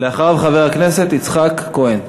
אחריו, חבר הכנסת יצחק כהן.